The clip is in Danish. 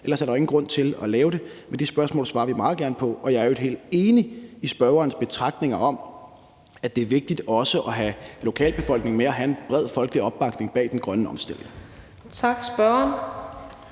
ellers er der jo ingen grund til at lave det. Men det spørgsmål svarer vi meget gerne på. Og jeg er i øvrigt helt enig i spørgerens betragtninger om, at det er vigtigt også at have lokalbefolkningen med og have en bred folkelig opbakning bag den grønne omstilling. Kl.